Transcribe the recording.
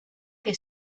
que